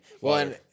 one